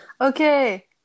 Okay